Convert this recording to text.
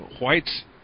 whites